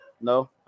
no